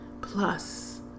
plus